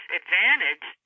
advantage